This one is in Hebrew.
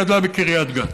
מירי גדלה בקריית גת.